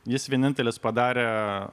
jis vienintelis padarė